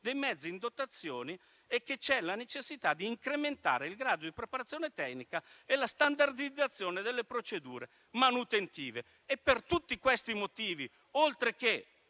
dei mezzi in dotazione e c'è la necessità di incrementare il grado di preparazione tecnica e la standardizzazione delle procedure manutentive. Per tutti questi motivi, oltre che